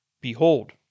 Behold